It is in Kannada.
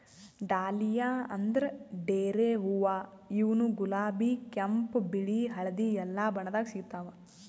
ಡಾಲಿಯಾ ಅಂದ್ರ ಡೇರೆ ಹೂವಾ ಇವ್ನು ಗುಲಾಬಿ ಕೆಂಪ್ ಬಿಳಿ ಹಳ್ದಿ ಎಲ್ಲಾ ಬಣ್ಣದಾಗ್ ಸಿಗ್ತಾವ್